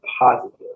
positive